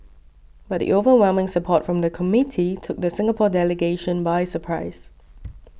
but the overwhelming support from the committee took the Singapore delegation by surprise